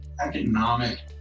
economic